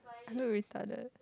are you retarded